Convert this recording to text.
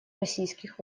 российских